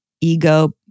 ego